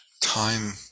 time